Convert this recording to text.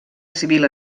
civil